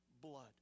blood